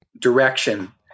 direction